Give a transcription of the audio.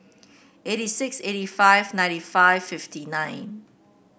eighty six eighty five ninety five fifty nine